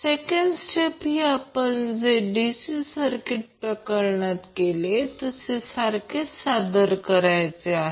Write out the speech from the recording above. second step ही आपण जे DC सर्किट प्रकरणात केले तसे सारखेच सादर करायचे आहे